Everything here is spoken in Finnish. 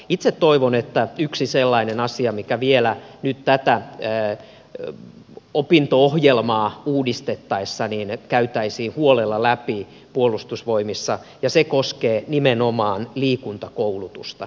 itse toivon että yksi asia vielä nyt tätä opinto ohjelmaa uudistettaessa käytäisiin huolella läpi puolustusvoimissa ja se koskee nimenomaan liikuntakoulutusta